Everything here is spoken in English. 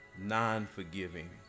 non-forgiving